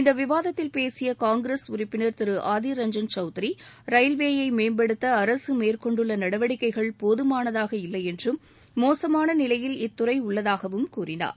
இந்த விவாதத்தில் பேசிய காங்கிரஸ் உறுப்பினர் திரு ஆதிர் ரஞ்சன் சௌத்ரி ரயில்வேயை மேம்படுத்த அரசு மேற்கொண்டுள்ள நடவடிக்கைகள் போதுமானதாக இல்லை என்றும் மோசமான நிலையில் இத்துறை உள்ளதாகவும் கூறினார்